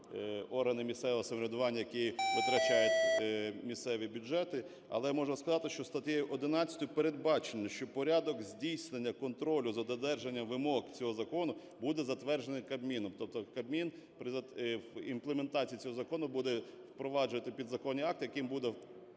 органи місцевого самоврядування, які витрачають місцеві бюджети. Але можу сказати, що статтею 11 передбачено, що порядок здійснення контролю за додержанням вимог цього закону буде затверджений Кабміном, тобто Кабмін при імплементації цього закону буде впроваджувати підзаконні акти, яким буде